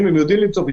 הלוואי שנגיע למצב הזה.